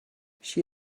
she